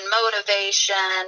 motivation